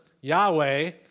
Yahweh